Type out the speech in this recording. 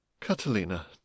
Catalina